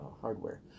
hardware